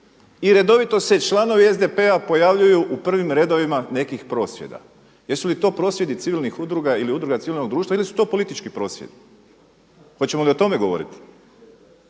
i redovito se članovi SDP-a pojavljuju u prvim redovima nekih prosvjeda. Jesu li to prosvjedi civilnih udruga ili udruga civilnog društva ili su to politički prosvjedi? Hoćemo li o tome govoriti?